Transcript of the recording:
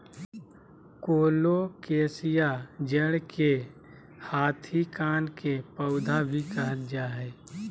colocasia जड़ के हाथी कान के पौधा भी कहल जा हई